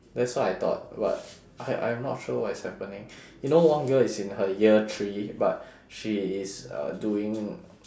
that's what I thought but I I'm not sure what is happening you know one girl is in her year three but she is uh doing